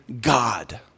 God